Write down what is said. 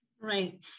Right